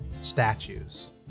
statues